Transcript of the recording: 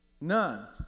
None